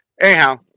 Anyhow